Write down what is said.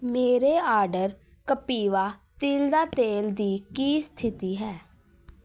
ਮੇਰੇ ਆਰਡਰ ਕਪੀਵਾ ਤਿਲ ਦਾ ਤੇਲ ਦੀ ਕੀ ਸਥਿਤੀ ਹੈ